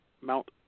Mount